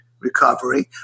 recovery